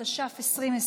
התש"ף 2020,